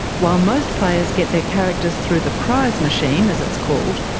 while most players get their characters through the prize machine, as it's called,